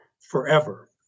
forever